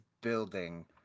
building